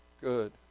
Good